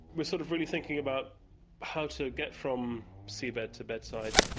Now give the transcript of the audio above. we're sort of really thinking about how to get from seabed to bedside,